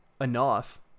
enough